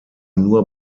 nur